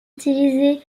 utilisé